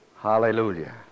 Hallelujah